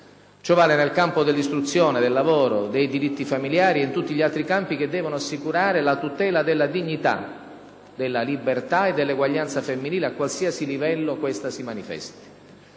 Ciò vale nel campo dell'istruzione, del lavoro, dei diritti familiari e in tutti gli altri campi che devono assicurare la tutela della dignità, della libertà e dell'eguaglianza femminile, a qualsiasi livello questa si manifesti.